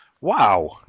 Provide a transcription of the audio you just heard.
Wow